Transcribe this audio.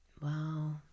Wow